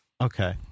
Okay